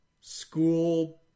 school